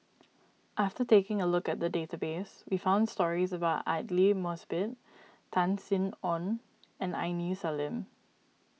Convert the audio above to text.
after taking a look at the database we found stories about Aidli Mosbit Tan Sin Aun and Aini Salim